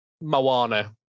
Moana